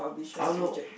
I don't know